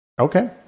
Okay